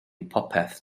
popeth